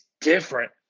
different